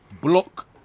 block